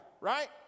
right